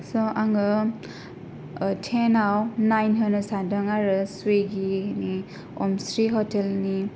स' आङो थेनाव नाइन होनो सानदों आरो सुइगिनि अमस्रि हटेलनि